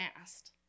asked